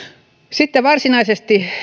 sitten varsinaisesti